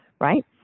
right